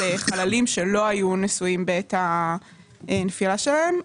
חללים שלא היו נשואים בעת הנפילה שלהם.